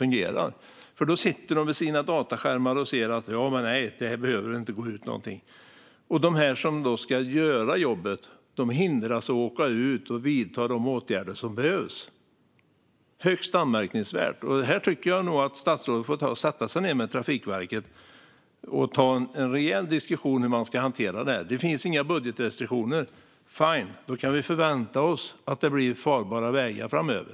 Någon sitter vid en dataskärm och bestämmer att här behöver ingen åka ut, så de som ska göra jobbet hindras från att åka ut och vidta de åtgärder som behövs. Det är högst anmärkningsvärt. Jag tycker att statsrådet ska ta en rejäl diskussion med Trafikverket om hur detta ska hanteras. Det finns inga budgetrestriktioner, säger statsrådet. Fine, då kan vi förvänta oss att det blir farbara vägar framöver.